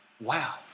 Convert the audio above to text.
wow